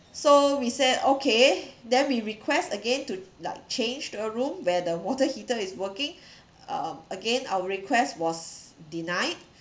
so we said okay then we request again to like change a room where the water heater is working uh again our request was denied